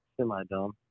semi-dumb